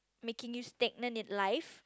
making you stagnant in life